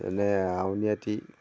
যেনে